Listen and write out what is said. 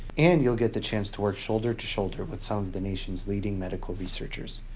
and you'll get the chance to work shoulder-to-shoulder with some of the nation's leading medical researchers.